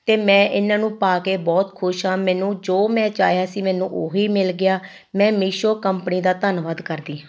ਅਤੇ ਮੈਂ ਇਹਨਾਂ ਨੂੰ ਪਾ ਕੇ ਬਹੁਤ ਖੁਸ਼ ਹਾਂ ਮੈਨੂੰ ਜੋ ਮੈਂ ਚਾਹਿਆ ਸੀ ਮੈਨੂੰ ਉਹ ਹੀ ਮਿਲ ਗਿਆ ਮੈਂ ਮੀਸ਼ੋ ਕੰਪਨੀ ਦਾ ਧੰਨਵਾਦ ਕਰਦੀ ਹਾਂ